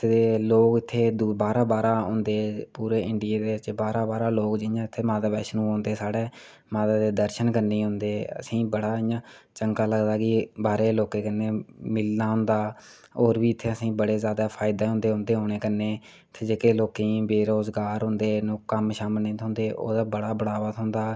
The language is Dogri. ते लोग इत्थें बाह्रा बाह्रा दा औंदे पूरे इंडिया बिच्च बाह्रा बाह्रा दा लोग इत्थें माता बैष्णो औंदे साढ़ै माता दे दर्शन करने गी औंदे असेंगी बड़ा इयां चगा लगदा कि बाह्रे दे लोकें कन्नै मिलना होंदा होर बी असेंगी बड़े जादा फायदे होंदे उंदे औने कन्नै इत्थें जेह्के लोग बेरोजगार होंदे कम्म नी थ्होंदे ओह्दा बड़ा बड़ावा थ्होंदा